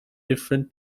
different